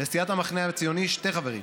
לסיעת המחנה הציוני שני חברים: